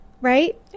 right